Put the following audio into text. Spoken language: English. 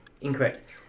Incorrect